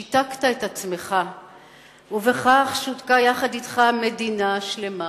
שיתקת את עצמך ובכך שותקה יחד אתך מדינה שלמה.